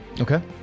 Okay